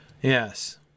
Yes